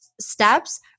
steps